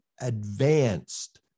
advanced